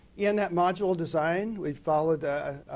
in that module design, we followed